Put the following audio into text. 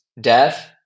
death